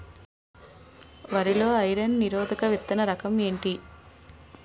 వరి లో ఐరన్ నిరోధక విత్తన రకం ఏంటి?